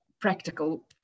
practical